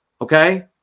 Okay